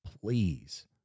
please